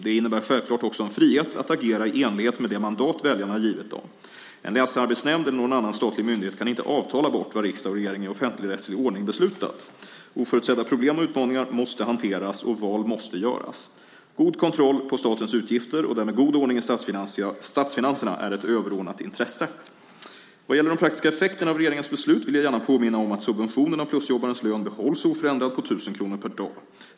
Det innebär självklart också en frihet att agera i enlighet med det mandat väljarna givit den. En länsarbetsnämnd eller någon annan statlig myndighet kan inte "avtala bort" vad riksdag och regering i offentligrättslig ordning beslutat. Oförutsedda problem och utmaningar måste hanteras, och val måste göras. God kontroll på statens utgifter och därmed god ordning i statsfinanserna är ett överordnat intresse. Vad gäller de praktiska effekterna av regeringens beslut vill jag gärna påminna om att subventionen av plusjobbarens lön behålls oförändrad på 1 000 kronor per dag.